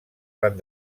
van